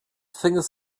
fingers